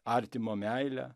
artimo meilę